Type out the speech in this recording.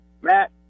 Matt